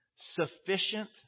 Sufficient